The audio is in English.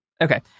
Okay